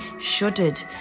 shuddered